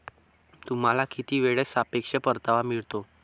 तुम्हाला किती वेळेत सापेक्ष परतावा मिळतो?